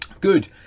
good